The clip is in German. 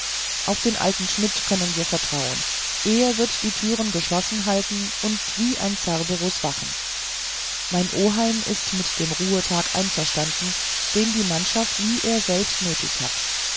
auf den alten schmidt können wir vertrauen er wird die tür geschlossen halten und wie ein cerberus wachen mein oheim ist mit dem ruhetag einverstanden den die mannschaft wie er selbst nötig hat